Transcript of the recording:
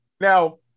Now